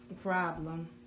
problem